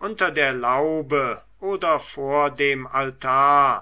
unter der laube oder vor dem altar